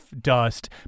dust